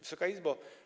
Wysoka Izbo!